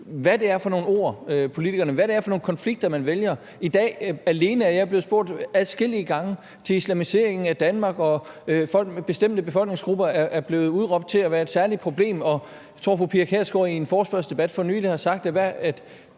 hvad det er for nogle ord, politikerne bruger, hvad det er for nogle konflikter, man vælger. Alene i dag er jeg blevet spurgt adskillige gange til islamiseringen af Danmark, og bestemte befolkningsgrupper er blevet udråbt til at være et særligt problem. Jeg tror, at fru Pia Kjærsgaard i en forespørgselsdebat for nylig sagde, at